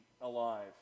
alive